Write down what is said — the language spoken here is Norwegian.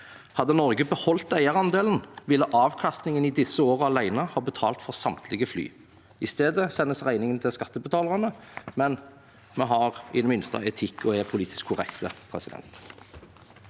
Hadde Norge beholdt eierandelen, ville avkastningen i disse årene alene ha betalt for samtlige fly. I stedet sendes regningen til skattebetalerne. Men vi har i det minste etikk og er politisk korrekte. Kari